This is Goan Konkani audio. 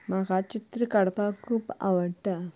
म्हाका चित्र काडपाक खूब आवडटा